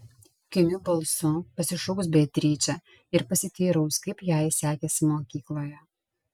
kimiu balsu pasišauks beatričę ir pasiteiraus kaip jai sekėsi mokykloje